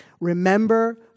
Remember